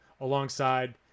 alongside